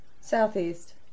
Southeast